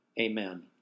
Amen